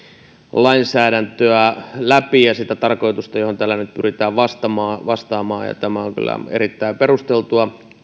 lainsäädäntöä läpi ja sitä tarkoitusta johon tällä nyt pyritään vastaamaan ja tämä on kyllä erittäin perusteltua